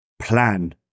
plan